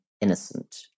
innocent